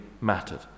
mattered